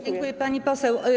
Dziękuję, pani poseł.